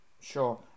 sure